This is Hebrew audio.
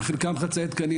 חלקם חצאי תקנים,